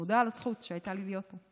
אני מודה על הזכות שהייתה לי להיות פה.